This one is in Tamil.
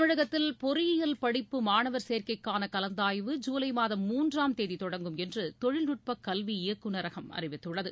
தமிழகத்தில் பொறியியல் படிப்பு மாணவர் சேர்க்கைக்கான கலந்தாய்வு ஜூலை மாதம் மூன்றாம் தேதி தொடங்கும் என்று தொழில்நுட்பக் கல்வி இயக்குனரகம் அறிவித்துள்ளது